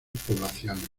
poblaciones